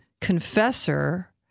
confessor